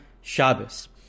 Shabbos